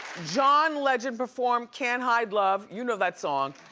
john legend preformed can't hide love, you know that song.